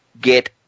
get